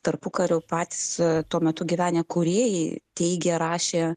tarpukariu patys tuo metu gyvenę kūrėjai teigė rašė